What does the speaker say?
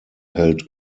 held